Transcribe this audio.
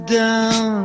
down